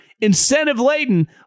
incentive-laden